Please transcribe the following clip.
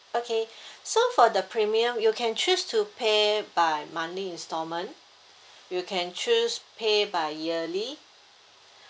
okay so for the premium you can choose to pay by monthly instalment you can choose pay by yearly